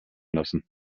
lassen